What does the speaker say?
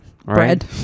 bread